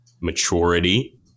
maturity